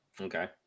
Okay